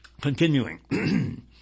Continuing